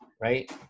right